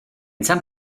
some